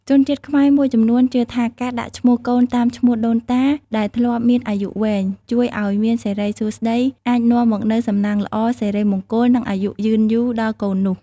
ជនជាតិខ្មែរមួយចំនួនជឿថា ការដាក់ឈ្មោះកូនតាមឈ្មោះដូនតាដែលធ្លាប់មានអាយុវែង ជួយអោយមានសិរីសួស្តី អាចនាំមកនូវសំណាងល្អ សិរីមង្គល និងអាយុយឺនយូរដល់កូននោះ។